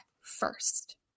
first